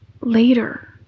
later